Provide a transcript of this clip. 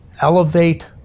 Elevate